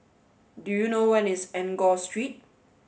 do you know where is Enggor Street